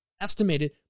estimated